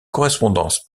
correspondance